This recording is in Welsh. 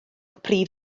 prif